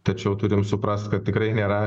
tačiau turim suprast kad tikrai nėra